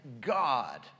God